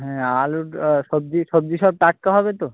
হ্যাঁ আলুর সবজি সবজি সব টাটকা হবে তো